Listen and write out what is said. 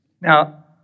Now